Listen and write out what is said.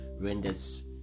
renders